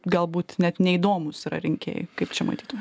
galbūt net neįdomūs yra rinkėjai kaip čia matytum